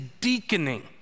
deaconing